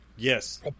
yes